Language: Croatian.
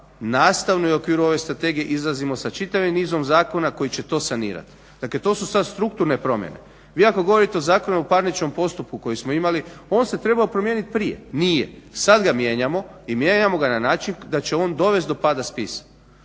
nastavno i u okviru ove strategije izlazimo sa čitavim nizom zakona koji će to sanirat. Dakle to su sad strukturne promjene. Vi ako govorite o Zakonu o parničnom postupku koji smo imali, on se trebao promijenit prije. Nije, sad ga mijenjamo i mijenjamo ga na način da će on dovest do pada spisa